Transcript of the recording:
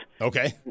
Okay